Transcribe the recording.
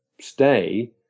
stay